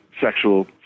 sexual